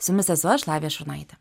su jumis esu aš lavija šurnaitė